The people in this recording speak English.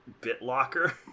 bitlocker